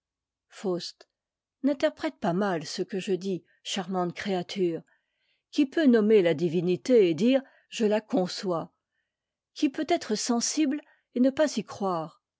faust n'interprète pas mal ce que je dis charmante créature qui peut nommer la divinité et dire je la conçois qui peut être sensible et ne pas y croire